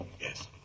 Yes